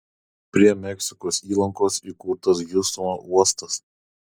prie meksikos įlankos įkurtas hjustono uostas